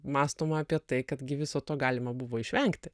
mąstoma apie tai kad gi viso to galima buvo išvengti